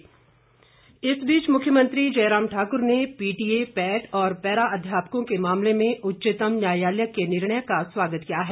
जयराम मुख्यमंत्री जय राम ठाकुर ने PTA PAT और पैरा अध्यापकों के मामले में उच्चतम न्यायालय के निर्णय का स्वागत किया है